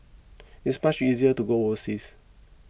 it's much easier to go overseas